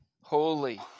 holy